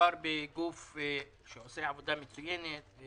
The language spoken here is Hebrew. מדובר בגוף שעושה עבודה מצוינת.